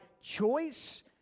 choice